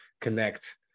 connect